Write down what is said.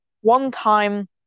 one-time